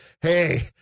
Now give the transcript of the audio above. hey